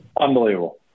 unbelievable